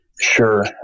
Sure